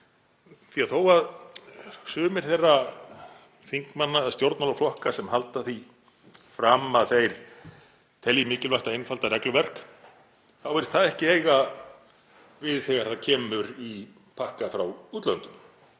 því að þó að sumir þeirra þingmanna eða stjórnmálaflokka sem halda því fram að þeir telji mikilvægt að einfalda regluverk þá virðist það ekki eiga við þegar það kemur í pakka frá útlöndum.